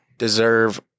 Deserve